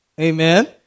Amen